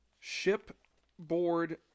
shipboard